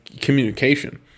communication